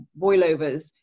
boilovers